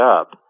up